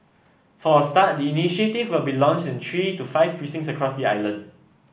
for a start the initiative will be launched in three to five precincts across the island